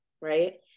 Right